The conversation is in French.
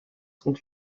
sont